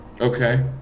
Okay